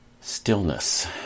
Stillness